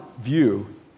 view